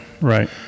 Right